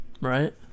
Right